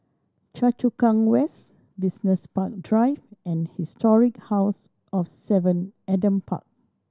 Choa Chu Kang West Business Park Drive and Historic House of Seven Adam Park